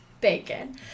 Bacon